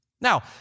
Now